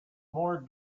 more